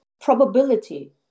probability